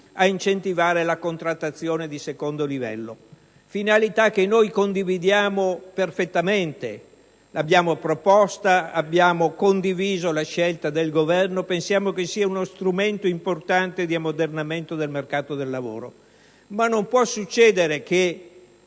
ad incentivare la contrattazione di secondo livello, finalità che condividiamo perfettamente; così come l'abbiamo proposta, abbiamo condiviso la scelta del Governo e pensiamo che sia uno strumento importante di ammodernamento del mercato del lavoro. Ma non può succedere che